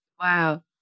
wow